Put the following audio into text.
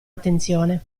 attenzione